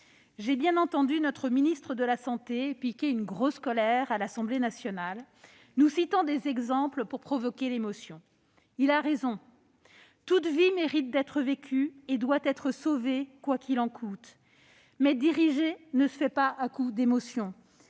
J'ai bien entendu notre ministre de la santé piquer une grosse colère à l'Assemblée nationale et citer une série d'exemples pour provoquer l'émotion. Il a raison : toute vie mérite d'être vécue et doit être sauvée quoi qu'il en coûte. Mais on ne dirige pas à coups d'émotions.